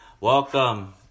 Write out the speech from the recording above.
Welcome